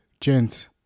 gents